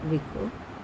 ਵੇਖੋ